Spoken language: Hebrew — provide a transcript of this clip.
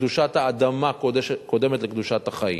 שקדושת החיים קודמת לקדושת האדמה.